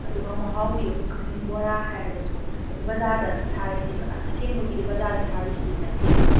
ꯑꯗꯨꯒ ꯃꯍꯥꯎꯗꯤ ꯑꯩꯈꯣꯏ ꯀꯛꯆꯤꯡ ꯕꯣꯔꯥ ꯍꯥꯏꯔꯒꯁꯨ ꯑꯗꯨ ꯕꯖꯥꯔꯗ ꯁꯥꯔꯤꯁꯤ ꯑꯁꯦꯡꯕꯒꯤꯗꯤ ꯕꯖꯥꯔꯗ ꯁꯥꯔꯤꯁꯤꯗꯤ ꯅꯠꯇꯦꯕ